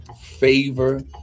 favor